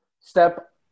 step